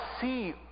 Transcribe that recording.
see